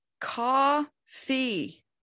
Coffee